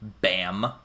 BAM